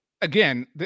Again